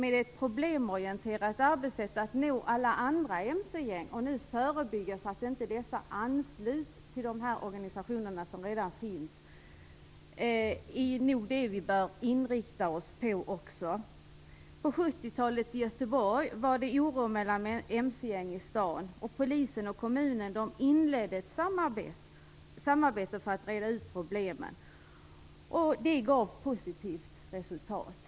Ett problemorienterat arbetssätt att nå alla andra mc-gäng och förebygga, så att man inte ansluter sig till organisationer som redan finns, är nog vad vi bör inrikta oss på. På 70-talet var det oro i Göteborg mellan mcgängen. Polisen och kommunen inledde ett samarbete för att reda ut problemen. Detta gav ett positivt resultat.